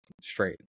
straight